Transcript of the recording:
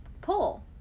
pull